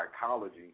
psychology